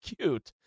Cute